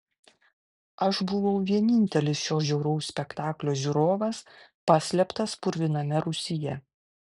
aš buvau vienintelis šio žiauraus spektaklio žiūrovas paslėptas purviname rūsyje